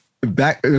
back